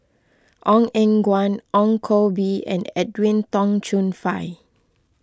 Ong Eng Guan Ong Koh Bee and Edwin Tong Chun Fai